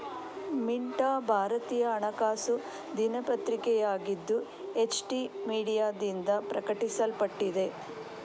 ಮಿಂಟಾ ಭಾರತೀಯ ಹಣಕಾಸು ದಿನಪತ್ರಿಕೆಯಾಗಿದ್ದು, ಎಚ್.ಟಿ ಮೀಡಿಯಾದಿಂದ ಪ್ರಕಟಿಸಲ್ಪಟ್ಟಿದೆ